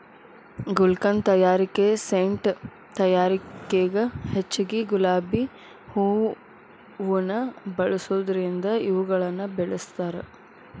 ಗುಲ್ಕನ್ ತಯಾರಿಕೆ ಸೇಂಟ್ ತಯಾರಿಕೆಗ ಹೆಚ್ಚಗಿ ಗುಲಾಬಿ ಹೂವುನ ಬಳಸೋದರಿಂದ ಇವುಗಳನ್ನ ಬೆಳಸ್ತಾರ